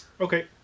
Okay